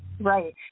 right